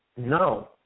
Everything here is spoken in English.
No